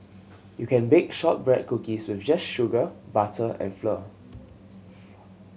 you can bake shortbread cookies with just sugar butter and flour flour